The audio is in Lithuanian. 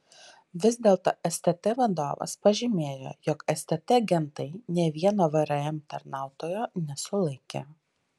vis dėlto stt vadovas pažymėjo jog stt agentai nė vieno vrm tarnautojo nesulaikė